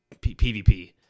PVP